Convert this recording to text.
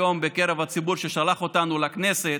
היום בקרב הציבור ששלח אותנו לכנסת: